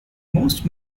most